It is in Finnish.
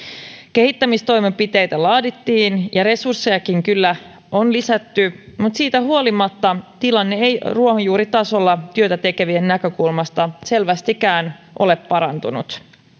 kehittämistoimenpiteitä laadittiin ja resurssejakin kyllä on lisätty mutta siitä huolimatta tilanne ei ruohonjuuritasolla työtä tekevien näkökulmasta selvästikään ole parantunut